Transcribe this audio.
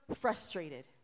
frustrated